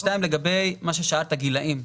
שתיים, לגבי מה ששאלת על הגילאים.